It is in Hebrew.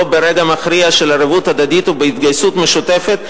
ברגע מכריע של ערבות הדדית והתגייסות משותפת.